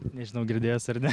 nežinau girdėjosi ar ne